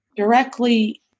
Directly